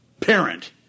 parent